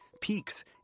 peaks